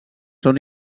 són